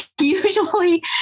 Usually